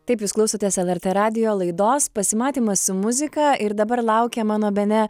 taip jūs klausotės lrt radijo laidos pasimatymas su muzika ir dabar laukia mano bene